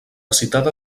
citada